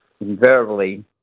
invariably